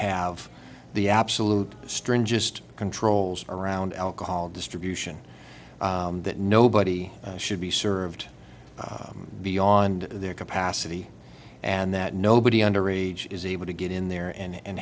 have the absolute strangest controls around alcohol distribution that nobody should be served beyond their capacity and that nobody under age is able to get in there and